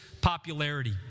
popularity